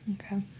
Okay